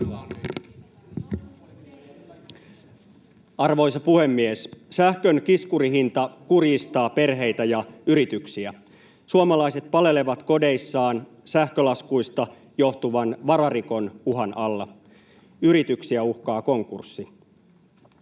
Arvoisa puhemies! Sähkön kiskurihinta kurjistaa perheitä ja yrityksiä. Suomalaiset palelevat kodeissaan sähkölaskuista johtuvan vararikon uhan alla. Yrityksiä uhkaa konkurssi.